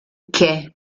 quai